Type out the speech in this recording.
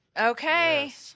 Okay